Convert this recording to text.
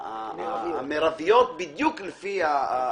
המרביות בדיוק לפי העניין.